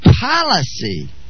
policy